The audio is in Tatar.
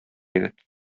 егет